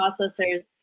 processors